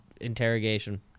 interrogation